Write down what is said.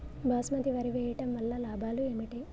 బాస్మతి వరి వేయటం వల్ల లాభాలు ఏమిటి?